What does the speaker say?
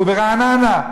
וברעננה,